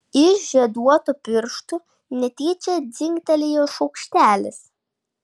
iš žieduotų pirštų netyčia dzingtelėjo šaukštelis